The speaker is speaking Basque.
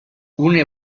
une